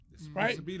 Right